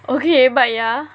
okay but ya